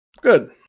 Good